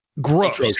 gross